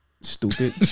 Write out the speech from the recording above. Stupid